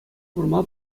курма